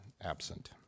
absent